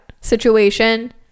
situation